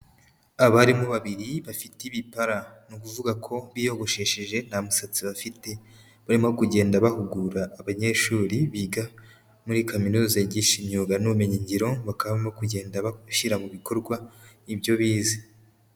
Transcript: Abarimu babiri bafite ibipara, ni ukuvuga ko biyogosheshe nta musatsizi bafite, barimo kugenda bahugura abanyeshuri biga muri kaminu yigisha imyuga n'ubumenyingiro, bakaba barimo kugenda bashyira mu bikorwa ibyo bize.